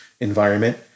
environment